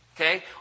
Okay